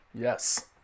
yes